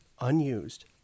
unused